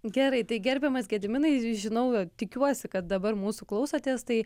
gerai tai gerbiamas gediminai žinau tikiuosi kad dabar mūsų klausotės tai